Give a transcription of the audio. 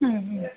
ಹ್ಞೂ ಹ್ಞೂ